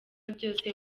byose